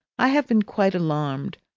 i have been quite alarmed.